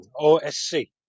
O-S-C